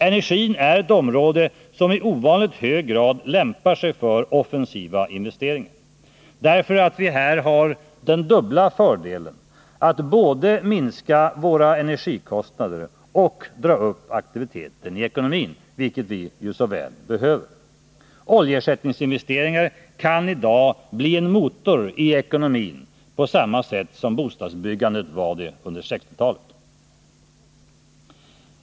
Energin är ett område som i ovanligt hög grad lämpar sig för offensiva investeringar, därför att vi här har den dubbla fördelen att både minska våra energikostnader och dra upp aktiviteten i ekonomin, vilket vi så väl behöver. Oljeersättningsinvesteringar kan i dag bli en motor i ekonomin på samma sätt som bostadsbyggandet var det på 1960-talet.